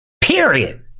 Period